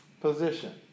position